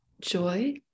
joy